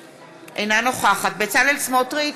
נגד.